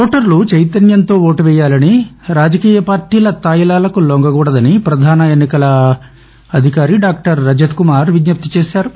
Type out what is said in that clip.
ఓటర్లు చైతన్యంతో ఓటు వెయ్యాలని రాజకీయ పార్లీల తాయిలాలకు లొంగరాదని ప్రధాన ఎన్నికల అధికారి డాక్షర్ రజత్కుమార్ విజ్ఞప్తి చేశారు